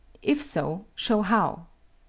if so, show how.